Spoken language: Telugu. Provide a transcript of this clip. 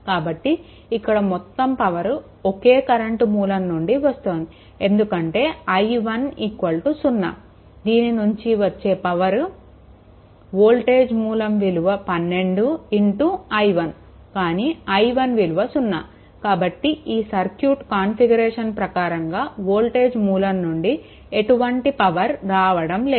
కాబట్టి ఇక్కడ మొత్తం పవర్ ఒకే కరెంట్ మూలం నుండి వస్తోంది ఎందుకంటే ఇక్కడ i1 0 దీని నుంచి వచ్చే పవర్ వోల్టేజ్ మూలం విలువ 12i1 కానీ i1 విలువ సున్నా కాబట్టి ఈ సర్క్యూట్ కాన్ఫిగరేషన్ ప్రకారంగా వోల్టేజ్ మూలం నుండి ఎటువంటి పవర్ రావడం లేదు